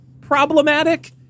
problematic